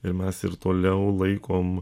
ir mes ir toliau laikom